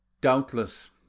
Doubtless